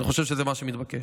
אני חושב שזה מה שמתבקש.